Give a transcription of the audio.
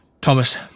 Thomas